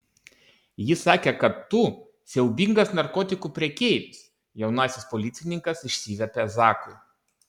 ji sakė kad tu siaubingas narkotikų prekeivis jaunasis policininkas išsiviepė zakui